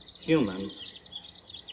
humans